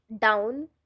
down